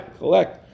collect